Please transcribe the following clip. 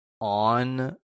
on